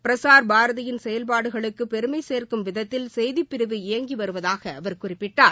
பிரசார்பாரதியின் செயல்பாடுகளுக்கு பெருமை சேர்க்கும் விதத்தில் செய்திப்பிரிவு இயங்கி வருவதாக அவர் குறிப்பிட்டார்